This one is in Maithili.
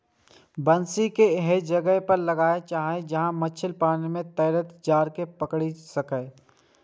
बंसी कें एहन जगह पर लगाना चाही, जतय माछ पानि मे तैरैत चारा कें पकड़ि सकय